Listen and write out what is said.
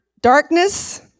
darkness